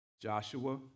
Joshua